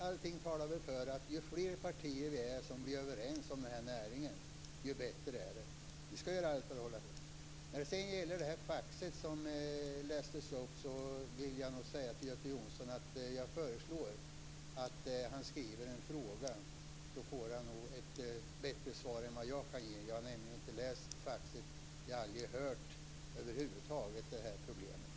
Allting talar alltså för att ju fler partier det är som blir överens om den här näringen desto bättre är det. Vi skall göra allt för att hålla ihop. När det sedan gäller det fax som lästes upp vill jag säga till Göte Jonsson att jag föreslår att han skriver en fråga. Då får han nog ett bättre svar än vad jag kan ge. Jag har nämligen inte läst faxet. Jag har över huvud taget aldrig hört talas om det här problemet.